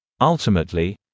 Ultimately